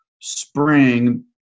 spring